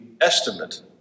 estimate